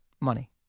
Money